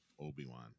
obi-wan